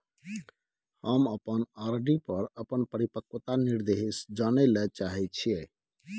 हम अपन आर.डी पर अपन परिपक्वता निर्देश जानय ले चाहय छियै